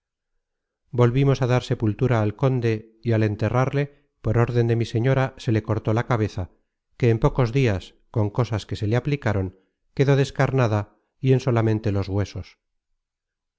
volvimos á dar sepultura al conde y al enterrarle por orden de mi señora se le cortó la cabeza que en pocos dias con cosas que se le aplicaron quedó descarnada y en solamente los huesos